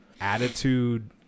attitude